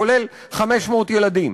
כולל 500 ילדים?